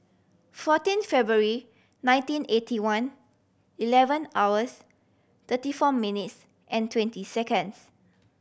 fourteen February nineteen eighty one eleven hours thirty four minutes and twenty seconds